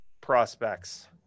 prospects